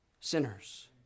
sinners